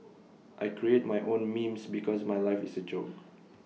I create my own memes because my life is A joke